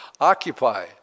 occupy